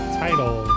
title